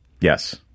Yes